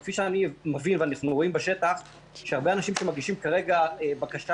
כפי שאני מבין ורואה בשטח זה שהרבה אנשים שמגישים בקשה